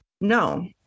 No